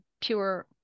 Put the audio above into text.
pure